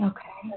Okay